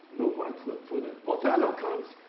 no parts for them. othello comes.